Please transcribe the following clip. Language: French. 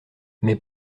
mais